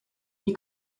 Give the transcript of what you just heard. you